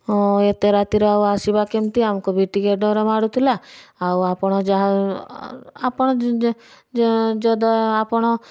ଏତେ ରାତିରେ ଆଉ ଆସିବା କେମିତି ଆମକୁ ବି ଟିକେ ଡର ମାଡ଼ୁଥିଲା ଆଉ ଆପଣ ଯାହା ଆପଣ ଆପଣ